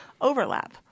overlap